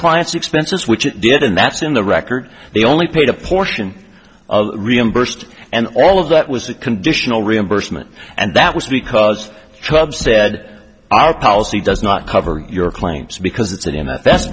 client's expenses which it did and that's in the record they only paid a portion of reimbursed and all of that was a conditional reimbursement and that was because child said our policy does not cover your claims because it's in the best